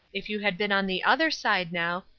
if you had been on the other side now,